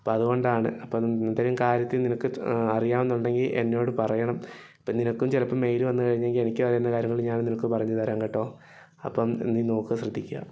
അപ്പം അതുകൊണ്ടാണ് അപ്പം എന്തേലും കാര്യത്തിൽ നിനക്ക് ച് അറിയാം എന്നുണ്ടെങ്കിൽ എന്നോട് പറയണം അപ്പം നിനക്കും ചിലപ്പം മെയില് വന്ന് കഴിഞ്ഞെങ്കിൽ എനിക്കും അറിയാവുന്ന കാര്യങ്ങള് ഞാനും നിനക്ക് പറഞ്ഞ് തരാം കേട്ടോ അപ്പം നീ നോക്കുക ശ്രദ്ധിക്കുക